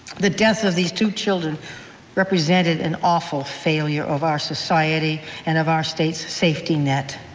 the deaths of these two children represented an awful failure of our society and of our state's safety net.